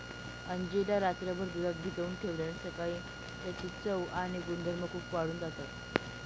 अंजीर ला रात्रभर दुधात भिजवून ठेवल्याने सकाळी याची चव आणि गुणधर्म खूप वाढून जातात